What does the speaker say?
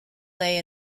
lay